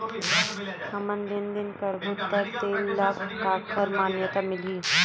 हमन लेन देन करबो त तेन ल काखर मान्यता मिलही?